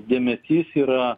dėmesys yra